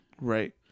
Right